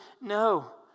No